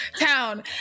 town